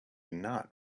not